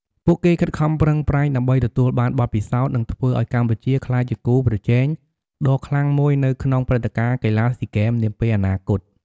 ពួកគេខិតខំប្រឹងប្រែងដើម្បីទទួលបានបទពិសោធន៍ និងធ្វើឱ្យកម្ពុជាក្លាយជាគូប្រជែងដ៏ខ្លាំងមួយនៅក្នុងព្រឹត្តិការណ៍កីឡាស៊ីហ្គេមនាពេលអនាគត។